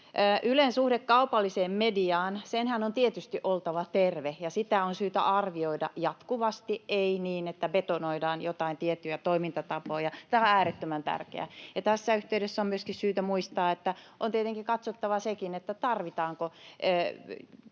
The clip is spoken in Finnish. Ylen suhde kaupalliseen mediaan — senhän on tietysti oltava terve, ja sitä on syytä arvioida jatkuvasti, ei niin, että betonoidaan joitain tiettyjä toimintatapoja. Tämä on äärettömän tärkeää. Tässä yhteydessä on myöskin syytä muistaa, että on tietenkin katsottava sekin, tarvitaanko